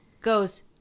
goes